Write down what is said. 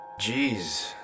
Jeez